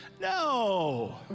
No